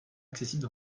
accessible